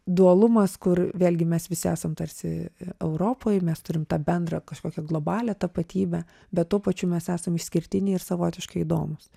dualumas kur vėlgi mes visi esam tarsi europoj mes turim tą bendrą kažkokią globalią tapatybę bet tuo pačiu mes esam išskirtiniai ir savotiškai įdomūs